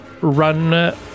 run